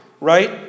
Right